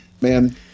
man